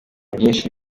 byinshi